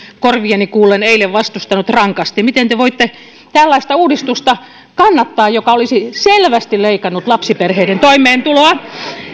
korvieni kuullen eilen vastustanut rankasti miten te voitte kannattaa tällaista uudistusta joka olisi selvästi leikannut lapsiperheiden toimeentuloa